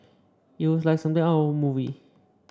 it was like something out of a movie